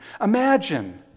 Imagine